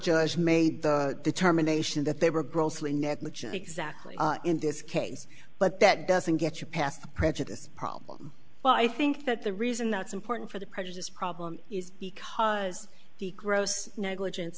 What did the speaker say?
judge made the determination that they were grossly negligent exactly in this case but that doesn't get you past the prejudice problem well i think that the reason that's important for the prejudice problem is because the gross negligence